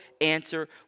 answer